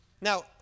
Now